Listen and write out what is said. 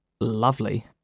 Lovely